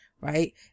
Right